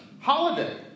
holiday